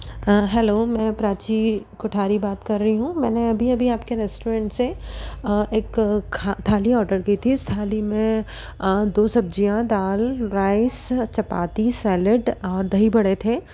हाँ हैलो मैं प्राची कोठारी बात कर रही हूँ मैंने अभी अभी आपके रेस्टोरेंट से एक खा थाली ऑर्डर की थी इस थाली में दो सब्जियाँ दाल राइस चपाती सेलेड और दही बड़े थे